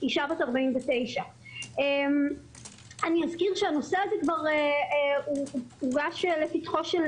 אישה בת 49. אני אזכיר שהנושא הזה כבר הוגש לפתחו של